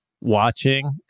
watching